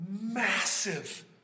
massive